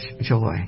joy